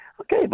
Okay